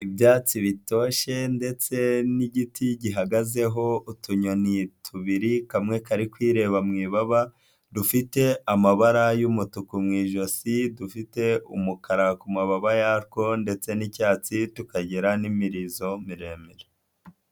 Ibyatsi bitoshye ndetse n'igiti gihagazeho utunyoni tubiri kamwe kari kwireba mu ibaba, dufite amabara y'umutuku mu ijosi dufite umukara ku mababa yatwo ndetse n'icyatsi tukagira n'imirizo miremire.